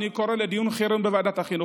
אני קורא לדיון חירום בוועדת החינוך,